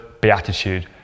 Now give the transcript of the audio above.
beatitude